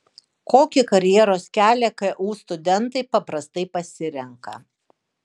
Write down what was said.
kokį karjeros kelią ku studentai paprastai pasirenka